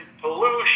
pollution